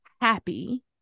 happy